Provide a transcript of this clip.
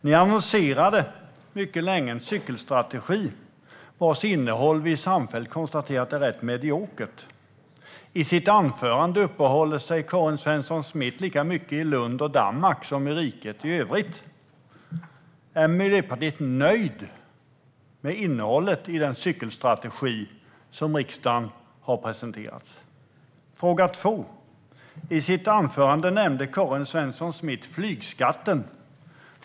Ni annonserade mycket länge en cykelstrategi vars innehåll vi samfällt har konstaterat är rätt mediokert. I sitt anförande uppehåller sig Karin Svensson Smith lika mycket i Lund och Danmark som i riket i övrigt. Är Miljöpartiet nöjt med innehållet i den cykelstrategi som har presenterats för riksdagen? Min andra fråga gäller flygskatten, som Karin Svensson Smith nämnde i sitt anförande.